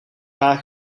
zwaar